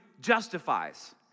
justifies